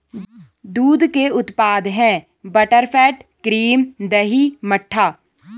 दूध के उत्पाद हैं बटरफैट, क्रीम, दही और मट्ठा